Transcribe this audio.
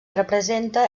representa